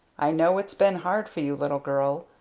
i know it's been hard for you, little girl.